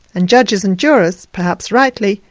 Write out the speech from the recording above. and judges and jurors, perhaps rightly,